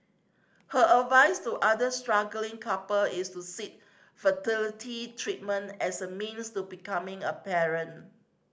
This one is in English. her advice to other struggling couple is to seek fertility treatment as a means to becoming a parent